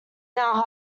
now